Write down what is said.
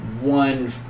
one